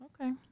Okay